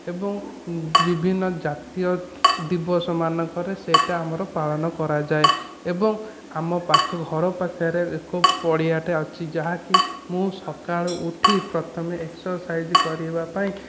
ଏବଂ ବିଭିନ୍ନ ଜାତୀୟ ଦିବସ ମାନଙ୍କରେ ସେଇଟା ଆମର ପାଳନ କରାଯାଏ ଏବଂ ଆମ ପାଖ ଘର ପାଖରେ ଏକ ପଡ଼ିଆଟେ ଅଛି ଯାହାକି ମୁଁ ସକାଳୁ ଉଠି ପ୍ରଥମେ ଏକ୍ସର୍ସାଇଜ୍ କରିବା ପାଇଁ